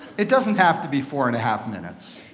it doesn't have to be four and a half minutes.